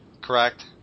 correct